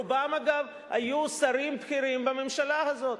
אגב, רובם היו שרים בכירים בממשלה הזאת.